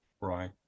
Right